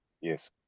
Yes